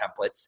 templates